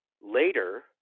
later